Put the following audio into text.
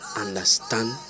understand